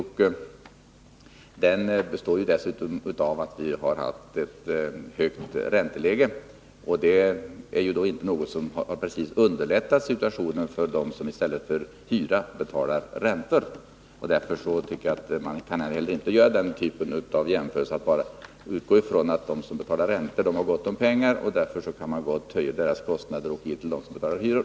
Vi har dessutom haft ett högt ränteläge, och det är inte något som precis har underlättat situationen för dem som i stället för hyra betalar räntor. Därför tycker jag att man inte kan göra den typen av jämförelse och bara utgå från att de som betalar räntor har gott om pengar och att man gott kan höja deras kostnader och ge pengarna till dem som betalar hyror.